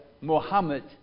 Muhammad